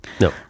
No